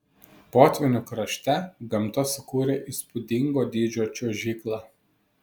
potvynių krašte gamta sukūrė įspūdingo dydžio čiuožyklą